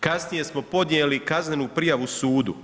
Kasnije smo podnijeli kaznenu prijavu sudu.